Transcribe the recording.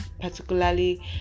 particularly